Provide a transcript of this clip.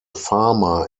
farmer